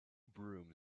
broom